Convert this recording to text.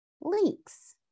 links